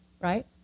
right